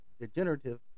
degenerative